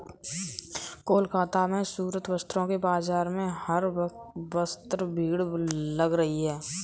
कोलकाता में सूती वस्त्रों के बाजार में हर वक्त भीड़ लगी रहती है